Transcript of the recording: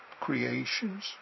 creations